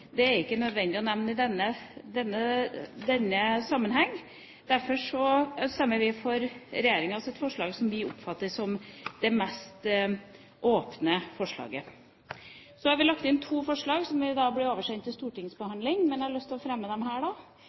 er det ikke nødvendig å nevne i denne sammenheng. Derfor stemmer vi for regjeringens forslag, som vi oppfatter som det mest åpne forslaget. Så har vi lagt inn to forslag, som er oversendt til stortingsbehandling, og jeg vil